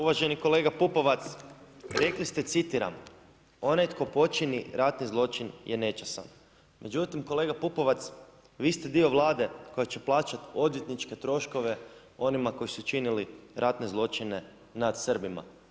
Uvaženi kolega Pupovac, rekli ste citiram „onaj tko poni ratni zločin je nečasan“, međutim kolega Pupovac, vi ste dio Vlade koja će plaćati odvjetničke troškove onima koji su činili ratne zločine nad Srbima.